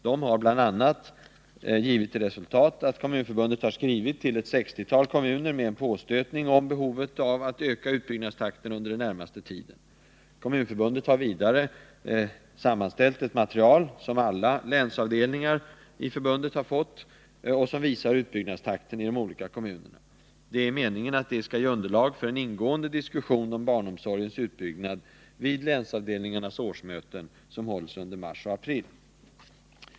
Dessa har bl.a. givit till resultat att Kommunförbundet har skrivit till ett 60-tal kommuner med påstötning om behovet av att öka utbyggnadstakten under den närmaste tiden. Kommunförbundet har vidare sammanställt ett material som alla länsavdelningar inom förbundet har fått och som visar utbyggnadstakten i de olika kommunerna. Det är meningen att detta skall ge underlag för en ingående diskussion om barnomsorgens utbyggnad vid länsavdelningarnas årsmöten som hålls under mars och april.